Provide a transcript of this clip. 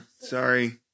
sorry